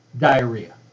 diarrhea